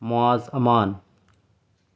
معاذ امان